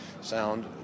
sound